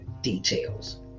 details